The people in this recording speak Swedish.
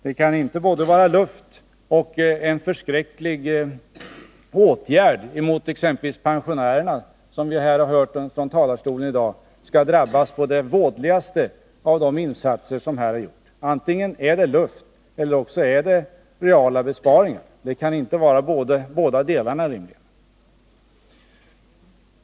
Besparingarna kan i varje fall inte både vara luft och innebära ett hot mot pensionärerna, som enligt vad som har sagts här i dag skulle drabbas å det vådligaste av insatserna. Antingen är det luft eller reala besparingar, det kan inte vara båda delarna.